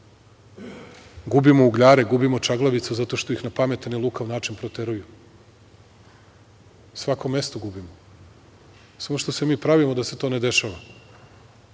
Gubimo Ugljare, gubimo Čaglavicu zato što ih na pametan i lukav način proteruju. Svako mesto gubimo, samo što se mi pravimo da se to ne dešava